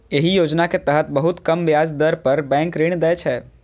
एहि योजना के तहत बहुत कम ब्याज दर पर बैंक ऋण दै छै